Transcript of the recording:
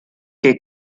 que